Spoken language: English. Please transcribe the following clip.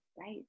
right